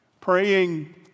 Praying